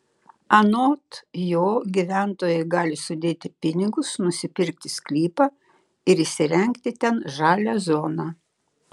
anot jo gyventojai gali sudėti pinigus nusipirkti sklypą ir įsirengti ten žalią zoną